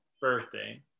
birthday